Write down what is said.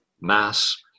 Mass